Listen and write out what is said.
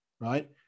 right